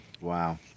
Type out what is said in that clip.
Wow